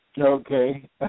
Okay